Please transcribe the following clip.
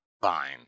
Fine